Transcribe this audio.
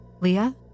Leah